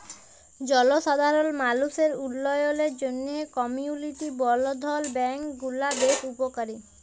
জলসাধারল মালুসের উল্ল্যয়লের জ্যনহে কমিউলিটি বলধ্ল ব্যাংক গুলা বেশ উপকারী